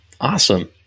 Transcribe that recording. Awesome